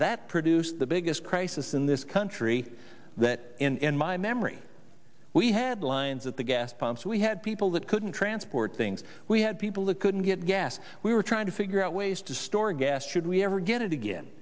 that produced the biggest crisis in this country that in my memory we had lines at the gas pumps we had people that couldn't transport things we had people who couldn't get gas we were trying to figure out ways to store gas should we ever get it again